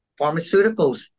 pharmaceuticals